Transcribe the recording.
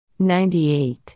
98